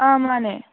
ꯑꯥ ꯃꯥꯟꯅꯦ